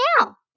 now